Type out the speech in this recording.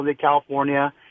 California